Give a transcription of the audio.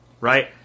Right